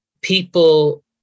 people